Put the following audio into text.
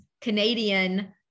Canadian